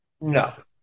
No